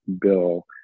bill